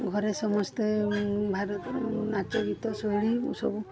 ଘରେ ସମସ୍ତେ ଭାରି ନାଚ ଗୀତ ଶୈଳୀ ସବୁ